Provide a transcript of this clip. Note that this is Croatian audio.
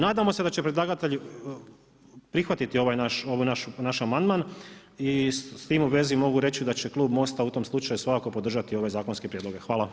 Nadamo se da će predlagatelj prihvatiti ovaj naš amandman i s tim u vezi mogu reći da će klub MOST-a u tom slučaju svakako podržati ove zakonske prijedloge.